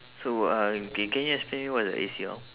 so uh ca~ can you explain to me what's a A_C_L